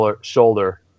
shoulder